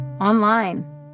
online